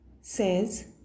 says